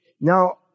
Now